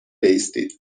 بایستید